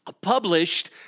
published